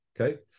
Okay